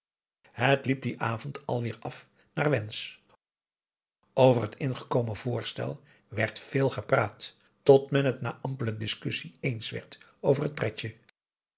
het liep dien avond alweêr af naar wensch over het ingekomen voorstel werd veel gepraat tot men het na ampele discussie eens werd over het pretje